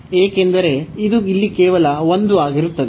ಏಕೆಂದರೆ ಇದು ಇಲ್ಲಿ ಕೇವಲ ಒಂದು ಆಗಿರುತ್ತದೆ